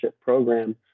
Program